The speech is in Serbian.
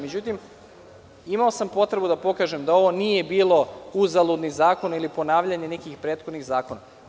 Međutim, imao sam potrebu da pokažem da ovo nije bio uzaludni zakon ili ponavljanje nekih prethodnih zakona.